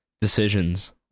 Decisions